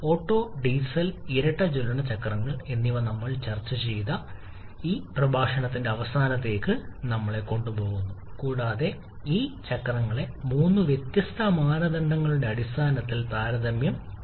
auto diesel ഇരട്ട ജ്വലന ചക്രങ്ങൾ എന്നിവ ചർച്ചചെയ്ത ഇന്നത്തെ പ്രഭാഷണത്തിന്റെ അവസാനത്തിലേക്ക് അത് നമ്മെ കൊണ്ടുപോകുന്നു കൂടാതെ ഈ ചക്രങ്ങളെ മൂന്ന് വ്യത്യസ്ത മാനദണ്ഡങ്ങളുടെ അടിസ്ഥാനത്തിൽ താരതമ്യം ചെയ്യുന്നു